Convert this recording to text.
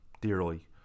dearly